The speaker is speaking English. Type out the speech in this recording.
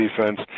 defense